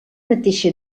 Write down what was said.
mateixa